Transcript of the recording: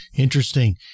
Interesting